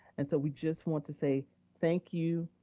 and so we just want to say thank you,